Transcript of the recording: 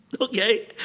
Okay